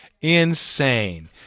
Insane